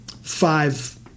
five